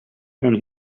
and